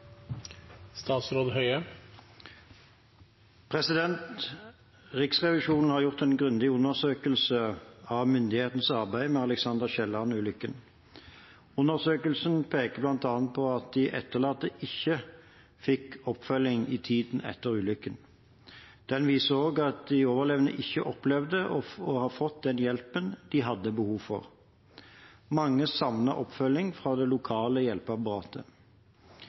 Riksrevisjonen har gjort en grundig undersøkelse av myndighetenes arbeid med Alexander L. Kielland-ulykken. Undersøkelsen peker bl.a. på at de etterlatte ikke fikk oppfølging i tiden etter ulykken. Den viser også at de overlevende ikke opplever å ha fått den hjelpen de hadde behov for. Mange savnet oppfølging fra det lokale hjelpeapparatet.